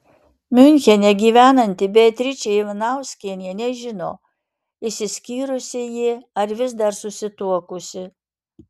miunchene gyvenanti beatričė ivanauskienė nežino išsiskyrusi ji ar vis dar susituokusi